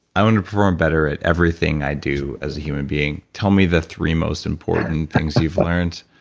i want to perform better at everything i do as a human being, tell me the three most important things you've learned.